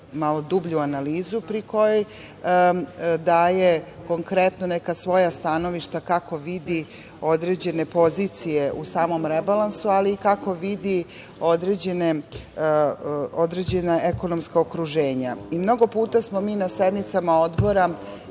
malo dublju analizu, pri kojoj daje neka svoja stanovišta kako vidi određene pozicije u samom rebalansu, ali i kako vidi određena ekonomska okruženja. Mnogo puta smo mi na sednicama odbora